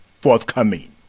forthcoming